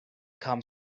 come